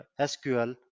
sql